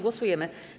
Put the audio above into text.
Głosujemy.